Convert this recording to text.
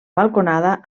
balconada